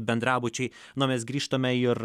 bendrabučiai na o mes grįžtame ir